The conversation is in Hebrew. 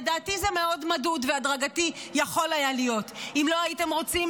לדעתי זה יכול היה להיות מאוד מדוד והדרגתי אם לא הייתם רוצים